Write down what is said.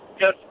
Yes